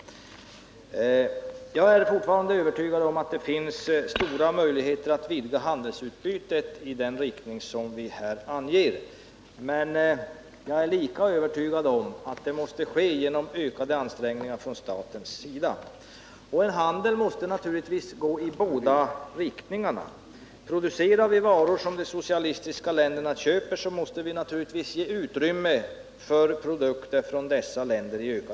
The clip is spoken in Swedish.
Jag är fortfarande övertygad om att det finns stora möjligheter att vidga handelsutbytet i den riktning som vi här anger. Men jag är också övertygad om att det måste ske genom ökade ansträngningar från statens sida. Handeln 157 måste naturligtvis också gå i båda riktningarna. Producerar vi varor som de socialistiska länderna köper, måste vi naturligtvis i ökad utsträckning ge utrymme för produkter från dessa länder.